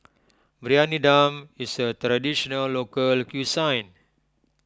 Briyani Dum is a Traditional Local Cuisine